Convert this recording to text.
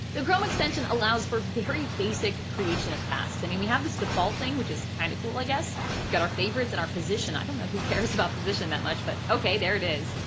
chrome extension allows for very basic creation of tasks. i mean, we have this default thing, which is kind of cool. i guess we've got our favorites in our position. i don't know who cares about position that much, but ok, there it is.